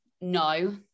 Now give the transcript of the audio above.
no